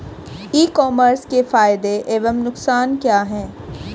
ई commerce के फायदे एवं नुकसान क्या हैं?